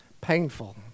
painful